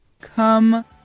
Come